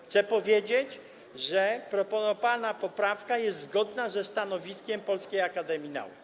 Chcę powiedzieć, że proponowana poprawka jest zgodna ze stanowiskiem Polskiej Akademii Nauk.